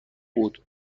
بود